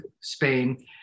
Spain